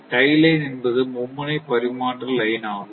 tie line என்பது மும்முனை பரிமாற்ற லைன் ஆகும்